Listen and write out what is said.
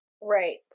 Right